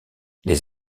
les